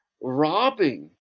robbing